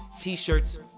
t-shirts